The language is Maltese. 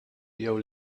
jew